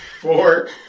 four